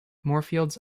moorfields